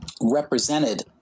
represented